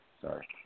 Sorry